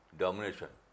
domination